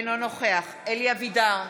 אינו נוכח אלי אבידר,